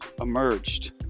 emerged